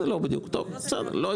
אומרת